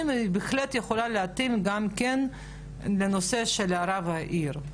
הוא בהחלט יכול להתאים לנושא של רב עיר.